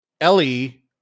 Ellie